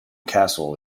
castle